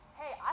hey